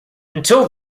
until